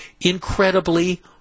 incredibly